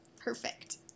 perfect